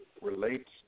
relates